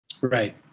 Right